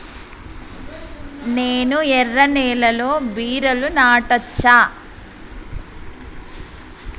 నేను ఎర్ర నేలలో బీరలు నాటచ్చా?